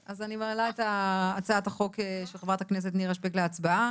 אז אני מעלה את הצעת החוק של חברת הכנסת נירה שפק להצבעה.